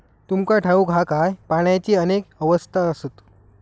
तुमका ठाऊक हा काय, पाण्याची अनेक अवस्था आसत?